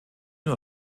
nur